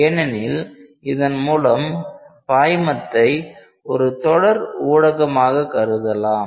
ஏனெனில் இதன் மூலம் பாய்மத்தை ஒரு தொடர் ஊடகமாக கருதலாம்